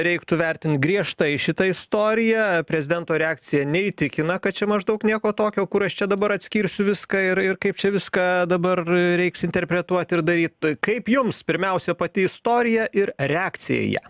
reiktų vertint griežtai šitą istoriją prezidento reakcija neįtikina kad čia maždaug nieko tokio kur aš čia dabar atskirsiu viską ir ir kaip čia viską dabar reiks interpretuot ir daryt kaip jums pirmiausia pati istorija ir reakcija į ją